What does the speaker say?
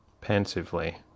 Pensively